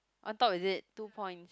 on top is it two point